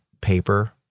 paper